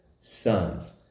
sons